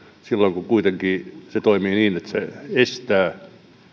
silloin kun kuitenkin se toimii niin että se estää